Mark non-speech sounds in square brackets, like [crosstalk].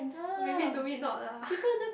maybe to me not lah [laughs]